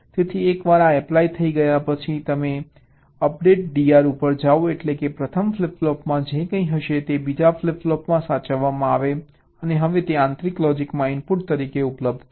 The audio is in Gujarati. તેથી એકવાર આ એપ્લાય થઈ ગયા પછી તમે અપડેટ DR ઉપર જાઓ એટલે કે પ્રથમ ફ્લિપ ફ્લોપમાં જે કંઈ હશે તે બીજા ફ્લિપ ફ્લોપમાં સાચવવામાં આવશે અને હવે તે આંતરિક લોજીકમાં ઇનપુટ તરીકે ઉપલબ્ધ થશે